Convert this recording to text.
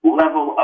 level